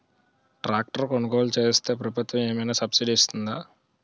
Tractor కొనుగోలు చేస్తే ప్రభుత్వం ఏమైనా సబ్సిడీ ఇస్తుందా?